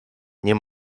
nie